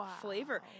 flavor